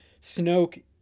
snoke